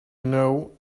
know